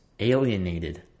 alienated